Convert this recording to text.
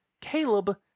Caleb